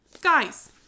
Guys